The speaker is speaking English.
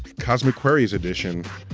cosmic queries edition,